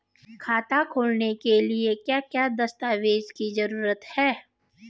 खाता खोलने के लिए क्या क्या दस्तावेज़ की जरूरत है?